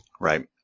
Right